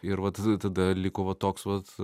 ir vat tada liko va toks vat